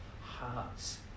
hearts